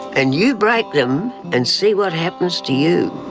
and you break them and see what happens to you.